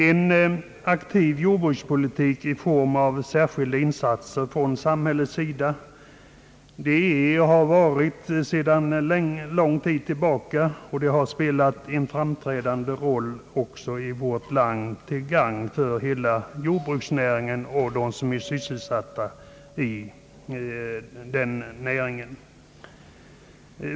En aktiv jordbrukspolitik i form av särskilda insatser från samhället har sedan lång tid tillbaka spelat en framträdande roll också i vårt land till gagn för hela jordbruksnäringen och dem som är sysselsatta i denna näring.